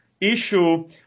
issue